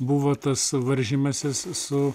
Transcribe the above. buvo tas varžymasis su